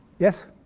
yes?